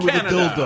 Canada